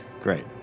Great